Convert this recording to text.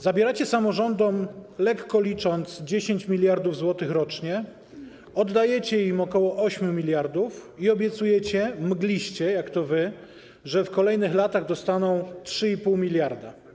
Zabieracie samorządom, lekko licząc, 10 mld zł rocznie, oddajecie im ok. 8 mld i obiecujecie mgliście, jak to wy, że w kolejnych latach dostaną 3,5 mld.